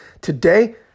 Today